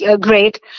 great